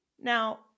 Now